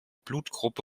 blutgruppe